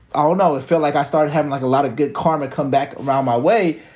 i don't know, it felt like i started having like a lot of good karma come back around my way.